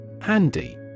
Handy